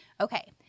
Okay